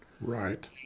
Right